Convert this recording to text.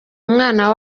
mwana